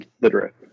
literate